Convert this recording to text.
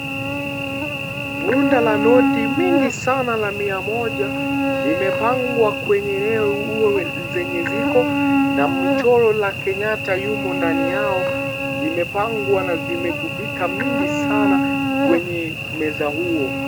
Bunda la noti mingi sana ya mia moja limepangwa kwenye eneo hua zenye ziko na michoro ya Kenyatta yumo ndani yao limepangwa na vimeghubika mingi sana kwenye meza huo.